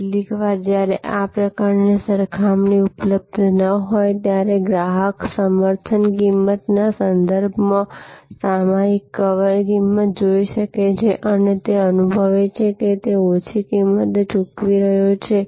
કેટલીકવાર જ્યારે આ પ્રકારની સરખામણી ઉપલબ્ધ ન હોય ત્યારે ગ્રાહક સમર્થન કિંમતના સંદર્ભમાં સામયિકની કવર કિંમત જોઈ શકે છે અને અનુભવે છે કે તે ઓછી કિંમત ચૂકવી રહ્યો છે